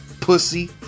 pussy